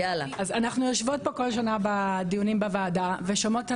אנחנו יושבות כל שנה בדיונים בוועדה ושומעות את